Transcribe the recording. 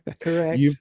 correct